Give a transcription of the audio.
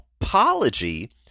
apology